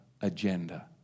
agenda